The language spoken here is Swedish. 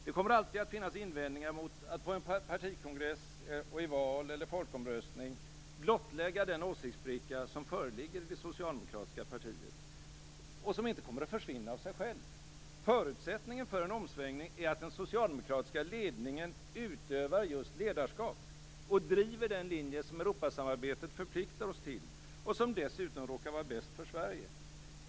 Det kommer alltid att finnas invändningar mot att på en partikongress, i val eller i folkomröstning blottlägga den åsiktsspricka som föreligger i det socialdemokratiska partiet och som inte kommer att försvinna av sig själv. Förutsättningen för en omsvängning är att den socialdemokratiska ledningen utövar just ledarskap och driver den linje som Europasamarbetet förpliktar oss till och som dessutom råkar vara bäst för Sverige.